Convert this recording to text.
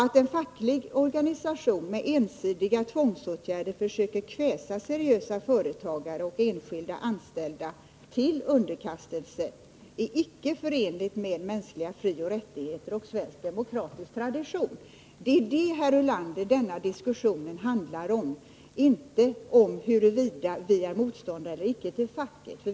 Att en facklig organisation med ensidiga tvångsåtgärder försöker kväsa seriösa företagare och enskilda anställda till underkastelse är icke förenligt med mänskliga frioch rättigheter samt demokratisk tradition. Det är detta, herr Ulander, som den här diskussionen handlar om, icke om vi är motståndare eller ej till facket.